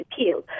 appeal